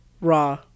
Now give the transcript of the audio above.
Raw